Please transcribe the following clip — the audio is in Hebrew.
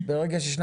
דיברתי לפני שני